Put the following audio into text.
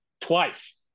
twice